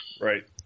Right